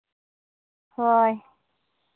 ᱦᱳᱭ